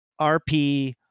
RP